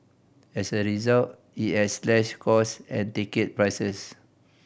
as a result it has slashed cost and ticket prices